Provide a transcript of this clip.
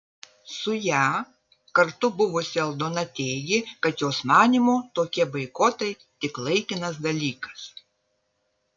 su ja kartu buvusi aldona teigė kad jos manymu tokie boikotai tik laikinas dalykas